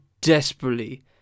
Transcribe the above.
desperately